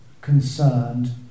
concerned